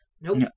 Nope